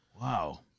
Wow